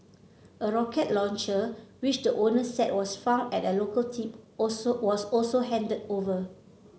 a rocket launcher which the owner said was found at a local tip also was also handed over